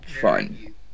fun